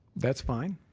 that's fine.